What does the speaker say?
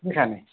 के खाने